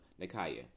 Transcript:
Nakaya